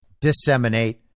disseminate